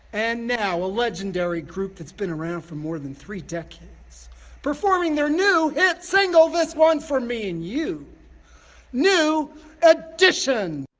and now, a legendary group that's been around for more than three decades performing their new hit single this one's for me and you new edition!